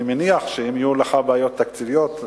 אני מניח שאם יהיו לך בעיות תקציביות,